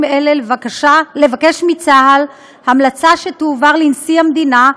אלה לבקש מצה"ל המלצה שתועבר לנשיא המדינה,